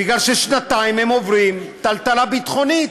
בגלל ששנתיים הם עוברים טלטלה ביטחונית.